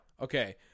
Okay